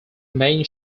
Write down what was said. main